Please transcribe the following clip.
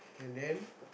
and then